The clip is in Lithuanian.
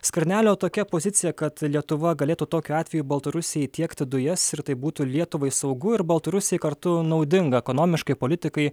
skvernelio tokia pozicija kad lietuva galėtų tokiu atveju baltarusijai tiekti dujas ir tai būtų lietuvai saugu ir baltarusijai kartu naudinga ekonomiškai politikai